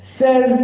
says